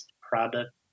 product